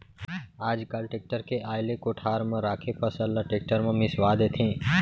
आज काल टेक्टर के आए ले कोठार म राखे फसल ल टेक्टर म मिंसवा देथे